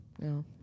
No